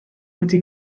wedi